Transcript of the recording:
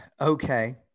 Okay